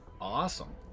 awesome